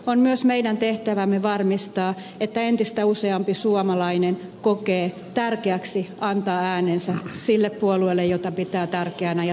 on myös meidän tehtävämme varmistaa että entistä useampi suomalainen kokee tärkeäksi antaa äänensä sille puolueelle ja